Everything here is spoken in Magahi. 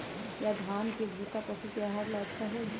या धान के भूसा पशु के आहार ला अच्छा होई?